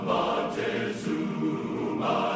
Montezuma